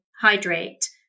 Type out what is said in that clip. hydrate